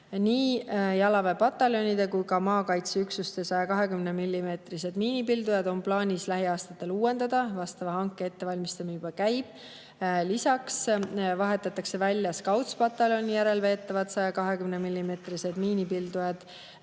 Nii jalaväepataljonide kui ka maakaitseüksuste 120-millimeetrised miinipildujad on plaanis lähiaastatel uuendada, vastava hanke ettevalmistamine juba käib. Lisaks vahetatakse välja Scoutspataljoni järelveetavad 120‑millimeetrised miinipildujad